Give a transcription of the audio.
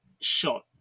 shot